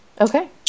Okay